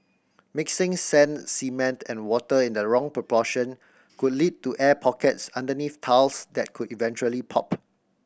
mixing sand cement and water in the wrong proportion could lead to air pockets underneath tiles that could eventually pop